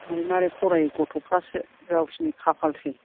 मारै मारै फरायो गथ'फ्रासो गावसिनि खाफालसै